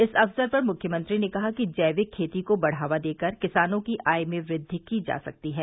इस अवसर पर मुख्यमंत्री ने कहा कि जैविक खेती को बढ़ावा देकर किसानों की आय में वृद्धि की जा सकती है